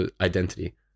identity